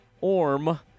Orm